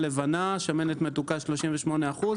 במיוחד כשאנחנו מדברים על מצרך מאוד בסיסי שכמעט כולם